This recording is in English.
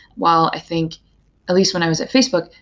while i think at least when i was at facebook,